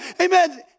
amen